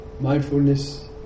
mindfulness